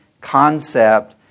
concept